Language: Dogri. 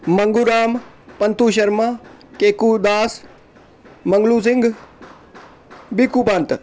मंगू राम पंतू शर्मा केकू दास मंगलू सिंह बिक्कु पंत